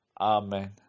Amen